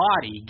body